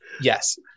Yes